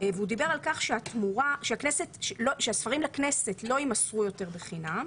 והוא דיבר על כך שהספרים לכנסת לא יימסרו יותר בחינם,